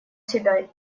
себя